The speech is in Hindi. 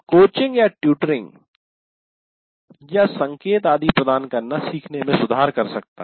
कोचिंग या ट्यूटरिंग coachingtutoring या संकेत आदि प्रदान करना सीखने में सुधार कर सकता है